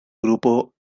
grupo